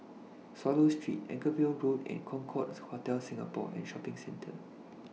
Swallow Street Anchorvale Road and Concorde Hotel Singapore and Shopping Centre